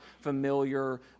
familiar